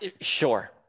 sure